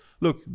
look